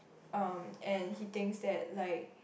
um and he thinks that like